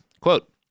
Quote